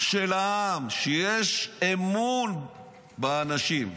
של העם, שיש אמון באנשים.